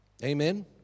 Amen